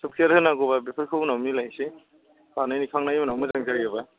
software होनांगौबा बेफोरखौ उनाव मिलायनोसै बानायखांनायनि उनाव मोजां जायोबा